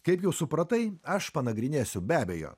kaip jau supratai aš panagrinėsiu be abejo